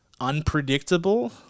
unpredictable